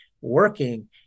working